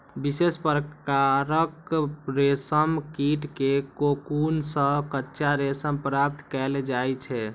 विशेष प्रकारक रेशम कीट के कोकुन सं कच्चा रेशम प्राप्त कैल जाइ छै